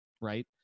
right